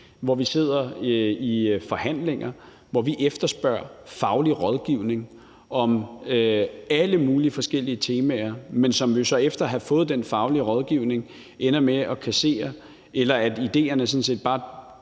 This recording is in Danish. forligskredse – i forhandlinger, og hvor vi efterspørger faglig rådgivning om alle mulige forskellige temaer, men hvor vi jo så efter at have fået den faglige rådgivning ender med at kassere idéerne, eller at de sådan set bare